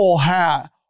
hat